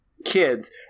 Kids